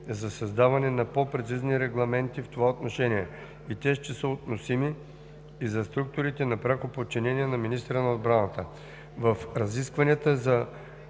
за създаване на по-прецизни регламенти в това отношение и те ще са относими и за структурите на пряко подчинение на министъра на отбраната. В разискванията